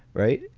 right.